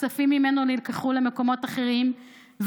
כספים ממנו נלקחו למקומות אחרים,